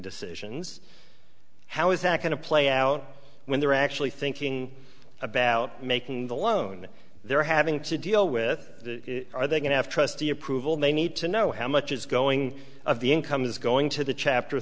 decisions how is that going to play out when they're actually thinking about making the loan they're having to deal with are they going to have trustee approval they need to know how much is going of the income is going to the chapter